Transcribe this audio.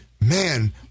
man